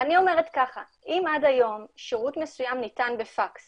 אומרת שאם עד היום שירות מסוים ניתן בפקס